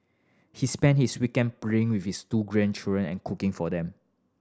he spend his weekend playing with his two grandchildren and cooking for them